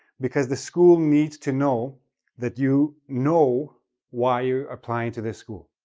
because the school needs to know that you know why you're applying to this school.